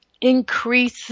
increase